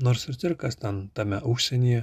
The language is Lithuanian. nors ir cirkas ten tame užsienyje